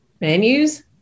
menus